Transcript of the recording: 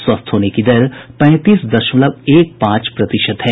स्वस्थ होने की दर पैंतीस दशमलव एक पांच प्रतिशत है